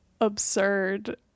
absurd